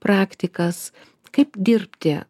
praktikas kaip dirbti